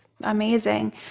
amazing